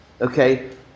okay